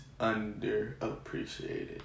underappreciated